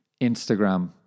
Instagram